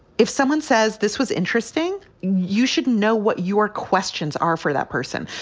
if someone says this was interesting, you should know what your questions are for that person.